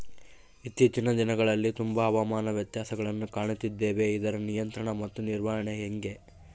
ಇತ್ತೇಚಿನ ದಿನಗಳಲ್ಲಿ ತುಂಬಾ ಹವಾಮಾನ ವ್ಯತ್ಯಾಸಗಳನ್ನು ಕಾಣುತ್ತಿದ್ದೇವೆ ಇದರ ನಿಯಂತ್ರಣ ಮತ್ತು ನಿರ್ವಹಣೆ ಹೆಂಗೆ?